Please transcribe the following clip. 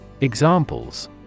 Examples